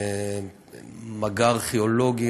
מגע ארכיאולוגי,